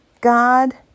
God